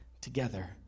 together